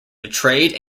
betrayed